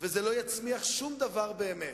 זה לא יצמיח שום דבר באמת.